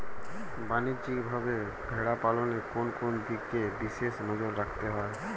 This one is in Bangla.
বাণিজ্যিকভাবে ভেড়া পালনে কোন কোন দিকে বিশেষ নজর রাখতে হয়?